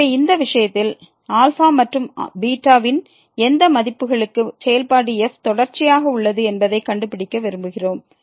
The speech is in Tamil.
எனவே இந்த விஷயத்தில் α மற்றும் β ன் எந்த மதிப்புகளுக்கு செயல்பாடு f தொடர்ச்சியாக உள்ளது என்பதைக் கண்டுபிடிக்க விரும்புகிறோம்